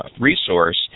Resource